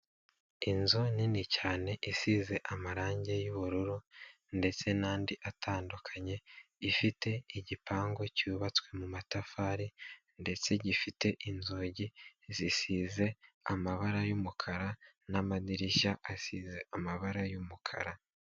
Inzu nini cyane isize amarangi y'ubururu ndetse n'andi atandukanye, ifite igipangu cyubatswe mu matafari ndetse gifite inzugi zisize amabara y'umukara n'amadirishya asize amabara y'umukara.